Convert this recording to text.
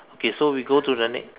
okay so we go to the next